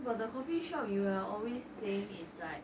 eh but the coffee shop you are always saying is like